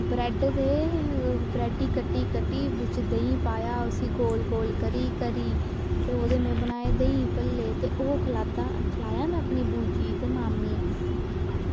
bread गी ते bread गी कट्टी कट्टी बिच देहीं पाया ते उसी गोल गोल करी ते ओह्दे में बनाए देहीं भल्ले ते ओह् खलाया में अपनी बूजी ते मामी गी